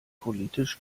politisch